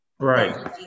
Right